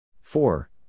Four